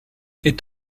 est